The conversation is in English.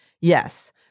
Yes